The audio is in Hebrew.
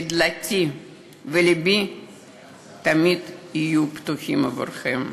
ודלתי ולבי תמיד יהיו פתוחים עבורכם.